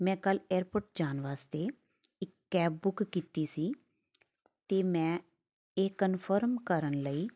ਮੈਂ ਕੱਲ੍ਹ ਏਅਰਪੋਰਟ ਜਾਣ ਵਾਸਤੇ ਇੱਕ ਕੈਬ ਬੁੱਕ ਕੀਤੀ ਸੀ ਅਤੇ ਮੈਂ ਇਹ ਕਨਫਰਮ ਕਰਨ ਲਈ